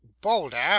Boulder